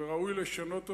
וראוי לשנות אותו,